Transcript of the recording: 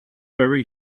very